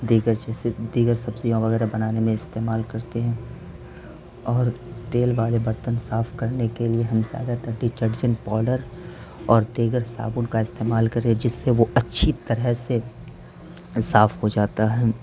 دیگر جیسے دیگر سبزیاں وغیرہ بنانے میں استعمال کرتے ہیں اور تیل والے برتن صاف کرنے کے لیے ہم زیادہ تر ڈٹرجن پاؤڈر اور دیگر صابن کا استعمال کرے جس سے وہ اچھی طرح سے صاف ہو جاتا ہیں